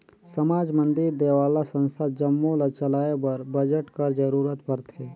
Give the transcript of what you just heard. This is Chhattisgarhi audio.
समाज, मंदिर, देवल्ला, संस्था जम्मो ल चलाए बर बजट कर जरूरत परथे